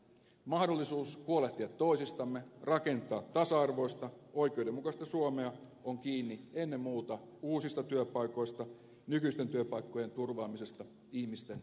mahdollisuus huolehtia toisistamme rakentaa tasa arvoista oikeudenmukaista suomea on kiinni ennen muuta uusista työpaikoista nykyisten työpaikkojen turvaamisesta ihmisten työllistymisestä